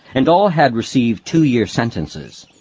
and all had received two-year sentences.